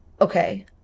okay